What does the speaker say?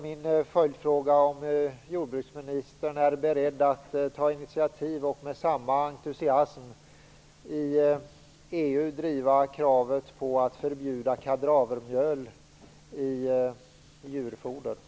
Är jordbruksministern beredd att ta initiativ och med samma entusiasm i EU driva kravet på att förbjuda kadavermjöl i djurfoder?